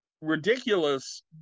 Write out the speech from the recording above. ridiculous